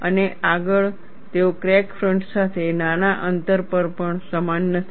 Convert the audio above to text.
અને આગળ તેઓ ક્રેક ફ્રન્ટ સાથે નાના અંતર પર પણ સમાન નથી